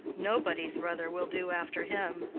nobody's brother will do after him.